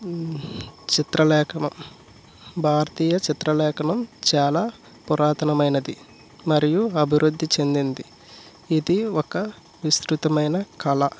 చిత్రలేఖనం భారతీయ చిత్రలేఖనం చాలా పురాతనమైనది మరియు అభివృద్ధి చెందింది ఇది ఒక విస్తృతమైన కళ